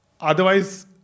Otherwise